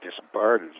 disbarred